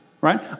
right